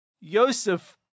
Yosef